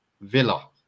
Villa